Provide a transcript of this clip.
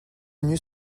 venus